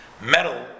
metal